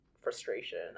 frustration